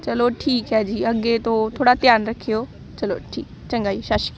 ਚਲੋ ਠੀਕ ਹੈ ਜੀ ਅੱਗੇ ਤੋਂ ਥੋੜ੍ਹਾ ਧਿਆਨ ਰੱਖਿਓ ਚਲੋ ਠੀ ਚੰਗਾ ਜੀ ਸ਼ਾਸ਼ੀ